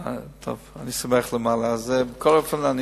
בכל אופן,